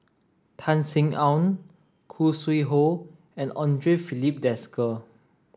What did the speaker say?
Tan Sin Aun Khoo Sui Hoe and Andre Filipe Desker